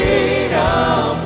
Freedom